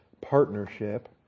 partnership